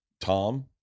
tom